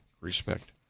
respect